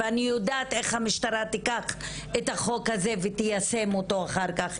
ואני יודעת איך המשטרה תיקח את החוק הזה ותיישם אותו אחר כך,